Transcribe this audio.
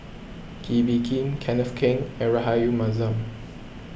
Kee Bee Khim Kenneth Keng and Rahayu Mahzam